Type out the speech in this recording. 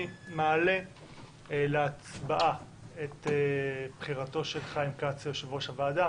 אני מעלה להצבעה את בחירתו של חבר הכנסת חיים כץ ליושב-ראש הוועדה.